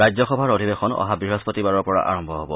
ৰাজ্য সভাৰ অধিৱেশন অহা বৃহস্পতিবাৰৰ পৰা আৰম্ভ হব